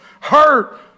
hurt